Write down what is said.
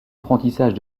apprentissage